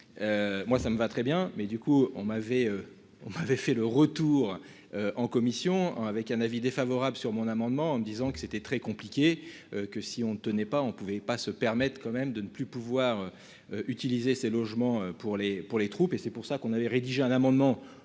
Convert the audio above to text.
Moi ça me va très bien, mais du coup on m'avait, on avait fait le retour. En commission, avec un avis défavorable sur mon amendement en me disant que c'était très compliqué. Que si on ne tenait pas, on pouvait pas se permettent quand même de ne plus pouvoir. Utiliser ces logements pour les pour les troupes et c'est pour ça qu'on avait rédigé un amendement